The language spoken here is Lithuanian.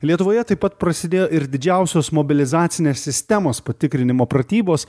lietuvoje taip pat prasidėjo ir didžiausios mobilizacinės sistemos patikrinimo pratybos